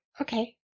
Okay